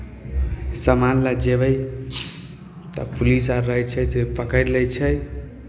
सामान लऽ जयबै तऽ पुलिस अर रहै छै से पकड़ि लै छै